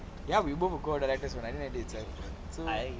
ya we both were co directors for nineteen ninety itself so